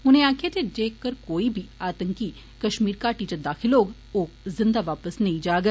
उनें आक्खेआ जे कोई बी आतंकी कष्मीर घाटी च दाखल होए ओह् जिंदा वापस नेईं जाग